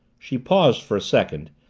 she paused for a second.